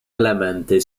elementy